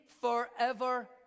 forever